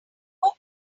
who